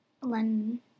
London